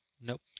Nope